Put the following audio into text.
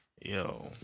Yo